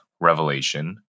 revelation